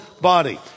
body